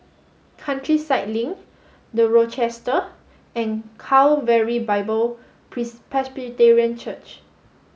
Countryside Link The Rochester and Calvary Bible Presbyterian Church